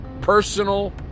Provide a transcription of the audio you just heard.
personal